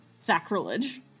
Sacrilege